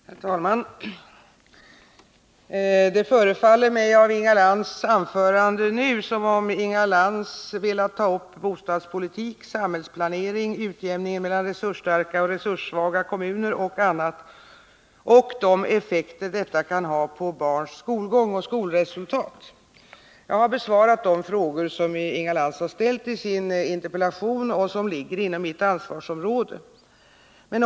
Herr talman! Det förefaller mig, att döma av Inga Lantz anförande nu, som om Inga Lantz velat ta upp bostadspolitik, samhällsplanering, utjämningen mellan resursstarka och resurssvaga kommuner och annat samt de effekter som detta kan ha på barns skolgång och skolresultat. Jag har besvarat de frågor som Inga Lantz har ställt i sin interpellation och som ligger inom mitt ansvarsområde.